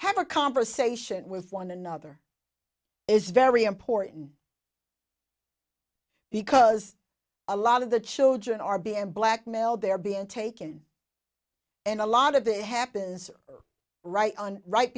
have a conversation with one another is very important because a lot of the children are being blackmailed they're being taken and a lot of it happens right on right